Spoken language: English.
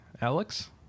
Alex